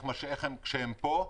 כשהם פה,